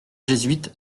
jésuite